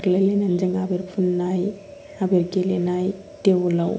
खारलाय लायनानै जों आबिर फुननाय आबिर गेलेनाय देवोलाव